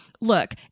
look